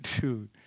dude